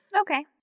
Okay